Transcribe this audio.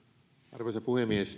arvoisa puhemies